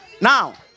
Now